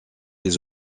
les